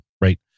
Right